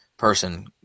person